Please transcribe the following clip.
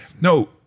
No